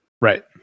Right